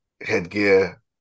headgear